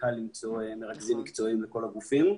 קל למצוא מרכזים מקצועיים לכל הגופים.